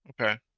Okay